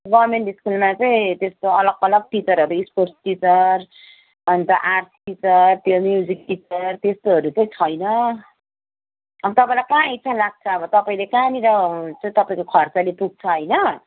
government स्कुलमा चाहिँ त्यस्तो अलग अलग टिचरहरू स्पोर्ट्स टिचर अन्त आर्ट्स टिचर त्यो म्युजिक टिचर त्यस्तोहरू चाहिँ छैन अन्त तपाईँलाई कहाँ इच्छा लाग्छ अब तपाईँले कहाँनिर चाहिँ तपाईँको खर्चले पुग्छ होइन